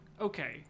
okay